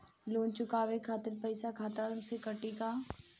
Loan चुकावे खातिर पईसा खाता से कटी का?